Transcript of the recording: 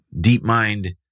DeepMind